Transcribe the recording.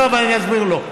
לא, אבל אני אסביר לו.